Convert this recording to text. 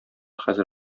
хәзер